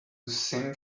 sing